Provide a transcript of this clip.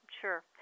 sure